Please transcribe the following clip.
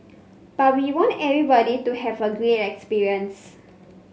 but we want everybody to have a great experience